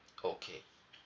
okay